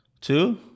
Two